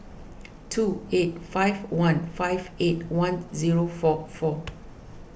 two eight five one five eight one zero four four